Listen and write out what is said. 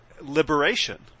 liberation